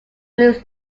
lose